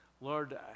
Lord